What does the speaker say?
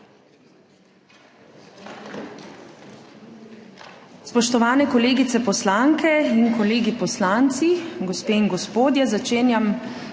Spoštovane kolegice poslanke in kolegi poslanci, gospe in gospodje, začenjam